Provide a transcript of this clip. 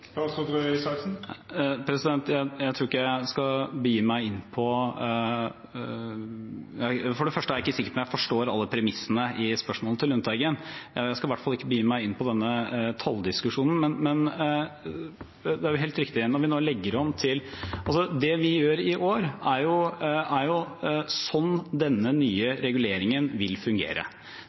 For det første er jeg ikke sikker på om jeg forstår alle premissene i spørsmålet til Lundteigen – jeg skal i hvert fall ikke begi meg inn på denne talldiskusjonen. Det vi gjør i år, er jo sånn denne nye reguleringen vil fungere. Det vil si at man tar utgangspunkt ikke i regjeringens, som jeg hørte noen sa, men i Teknisk beregningsutvalgs beregning for lønnsvekst. Det kommer i forbindelse med revidert budsjett. Så legger man det til grunn. Men pensjonistene vil